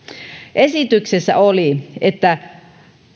esityksessä oli että